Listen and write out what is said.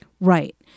Right